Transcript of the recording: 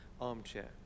armchair